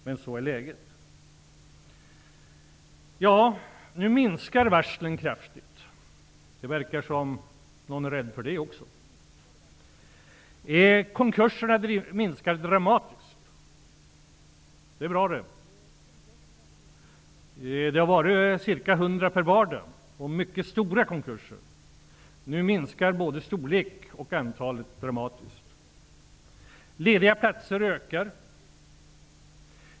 Men så är läget. Ja, nu minskar antalet varsel kraftigt. Det verkar som om någon är rädd för det också. Antalet konkurser minskar dramatiskt. Det är bra. Det har varit ca 100 stora konkurser varje dag. Nu minskar både storlek och antalet dramatiskt. Antalet lediga platser ökar.